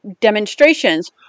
demonstrations